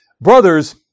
brothers